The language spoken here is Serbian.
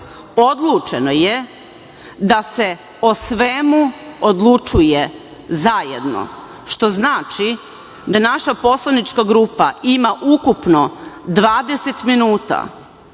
odlučeno je da se o svemu odlučuje zajedno, što znači da naša poslanička grupa ima ukupno 20 minuta